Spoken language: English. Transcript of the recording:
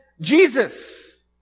Jesus